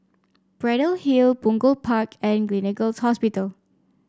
Braddell Hill Punggol Park and Gleneagles Hospital